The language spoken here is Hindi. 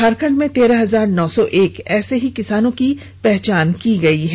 झारखंड में तेरह हजार नौ सौ एक ऐसे ही किसानों की पहचान की गई है